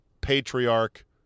patriarch